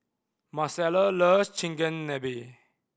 Marcella love Chigenabe